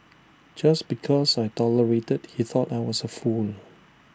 just because I tolerated he thought I was A fool